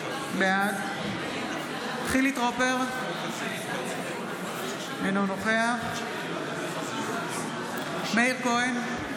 בעד חילי טרופר, אינו נוכח מאיר כהן,